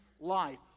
life